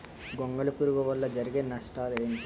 గొంగళి పురుగు వల్ల జరిగే నష్టాలేంటి?